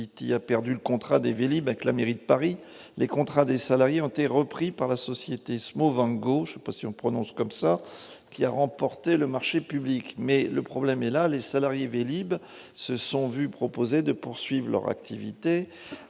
a perdu le contrat des Vélib avec la mairie de Paris. Les contrats des salariés hanté, repris par la société Smovengo je sais pas si on prononce comme ça, qui a remporté le marché public, mais le problème est là : les salariés Vélib se sont vu proposer de poursuivent leur activité